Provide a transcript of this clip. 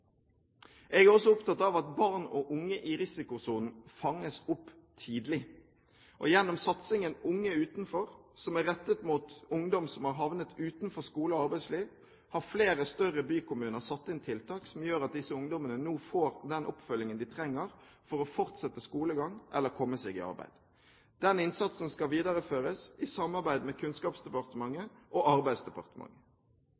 Jeg er også opptatt av at barn og unge i risikosonen fanges opp tidlig: Gjennom satsingen Unge utenfor, som er rettet mot ungdom som har havnet utenfor skole og arbeidsliv, har flere større bykommuner satt inn tiltak som gjør at disse ungdommene nå får den oppfølgingen de trenger for å fortsette skolegang eller komme seg i arbeid. Denne innsatsen skal videreføres i samarbeid med